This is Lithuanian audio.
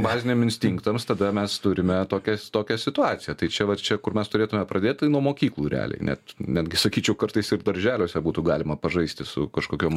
baziniem instinktams tada mes turime tokią tokią situaciją tai čia vat čia kur mes turėtume pradėti nuo mokyklų realiai net netgi sakyčiau kartais ir darželiuose būtų galima pažaisti su kažkokiom